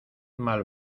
mal